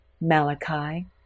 Malachi